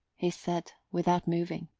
he said, without moving.